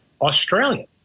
Australian